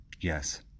Yes